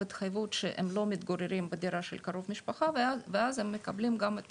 התחייבות שהם לא מתגוררים בדירה של קרוב משפחה ואז הם מקבלים גם את